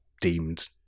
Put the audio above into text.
deemed